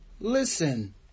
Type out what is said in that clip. Listen